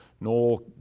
Noel